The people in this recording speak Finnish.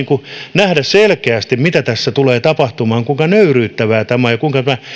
nähdä selkeästi mitä tässä tulee tapahtumaan kuinka nöyryyttävää tämä on ja kuinka tämä